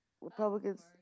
Republicans